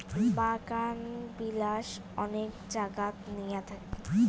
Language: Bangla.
বাগানবিলাস অনেক জাগাত নিয়া থাকি